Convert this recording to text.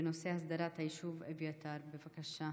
בנושא הסדרת היישוב אביתר, בבקשה.